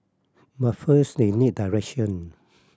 but first they need direction